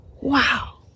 Wow